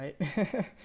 right